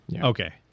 Okay